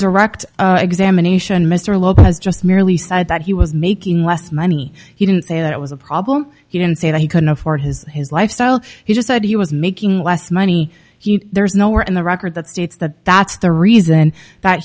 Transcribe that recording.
direct examination mr lopez just merely said that he was making less money he didn't say that it was a problem he didn't say that he couldn't afford his his lifestyle he just said he was making less money there's nowhere in the record that states that that's the reason that